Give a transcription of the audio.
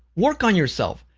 work on yourself,